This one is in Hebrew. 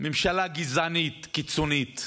ממשלה גזענית קיצונית.